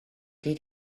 did